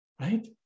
right